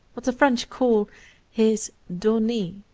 what the french call his donw e